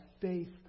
faith